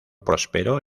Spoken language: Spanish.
prosperó